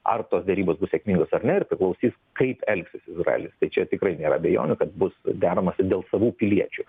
ar tos derybos bus sėkmingos ar ne ir priklausys kaip elgsis izraelis tai čia tikrai nėra abejonių kad bus deramasi dėl savų piliečių